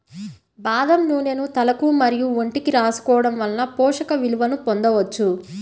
బాదం నూనెను తలకు మరియు ఒంటికి రాసుకోవడం వలన పోషక విలువలను పొందవచ్చు